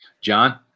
John